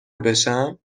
بشم